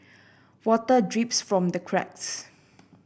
water drips from the cracks